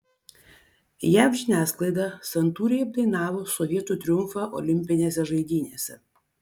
jav žiniasklaida santūriai apdainavo sovietų triumfą olimpinėse žaidynėse